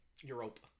Europa